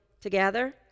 together